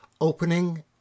opening